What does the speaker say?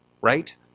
right